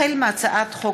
החל בהצעת חוק